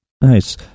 Nice